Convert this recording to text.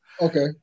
okay